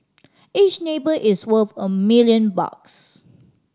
each neighbour is worth a million bucks